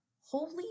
holy